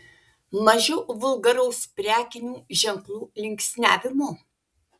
mažiau vulgaraus prekinių ženklų linksniavimo